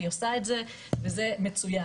והיא עושה את זה וזה מצוין,